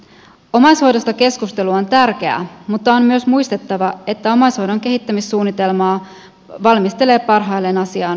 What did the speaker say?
omaishoidosta keskustelu on tärkeää mutta on myös muistettava että omaishoidon kehittämissuunnitelmaa valmistelee parhaillaan asiaan vihkiytynyt työryhmä